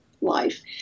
life